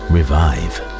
Revive